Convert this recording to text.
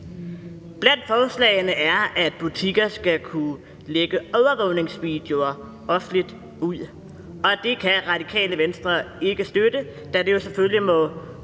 der et forslag om, at butikker skal kunne lægge overvågningsvideoer offentligt ud, og det kan Radikale Venstre ikke støtte, da det jo selvfølgelig må